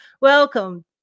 welcome